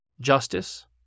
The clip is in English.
Justice